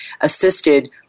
assisted